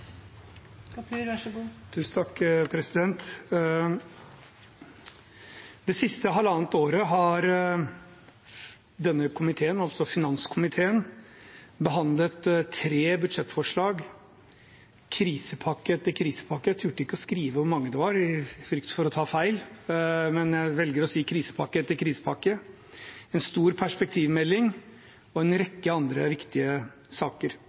Det siste halvannet året har denne komiteen, altså finanskomiteen, behandlet tre budsjettforslag, krisepakke etter krisepakke – jeg turte ikke å skrive hvor mange det var, i frykt for å ta feil, men jeg velger å si krisepakke etter krisepakke – en stor perspektivmelding og en rekke andre viktige saker.